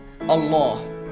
Allah